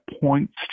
points